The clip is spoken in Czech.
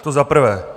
To za prvé.